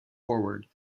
forward